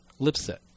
Lipset